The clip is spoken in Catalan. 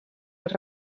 els